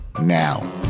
now